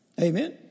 Amen